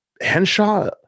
Henshaw